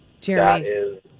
Jeremy